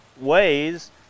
ways